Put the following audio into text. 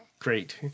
great